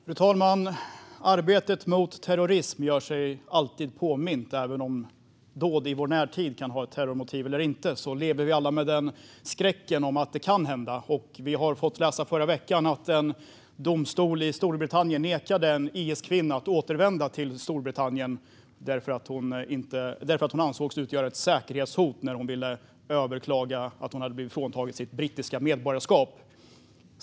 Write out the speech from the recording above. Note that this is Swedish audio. Fru talman! Arbetet mot terrorism gör sig alltid påmint. Även om dåd i vår närtid kan ha ett terrormotiv eller inte lever vi alla med skräcken att detta kan hända. Vi kunde förra veckan läsa att en domstol i Storbritannien nekat en IS-kvinna att återvända till Storbritannien eftersom hon ansågs utgöra ett säkerhetshot när hon ville överklaga att hon blivit fråntagen sitt brittiska medborgarskap.